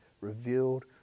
revealed